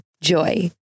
Joy